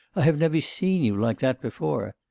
i have never seen you like that before.